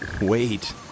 Wait